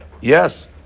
Yes